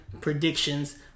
predictions